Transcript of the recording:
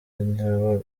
nyaburanga